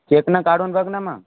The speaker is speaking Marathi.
चेकनं काढून बघ ना मग